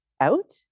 out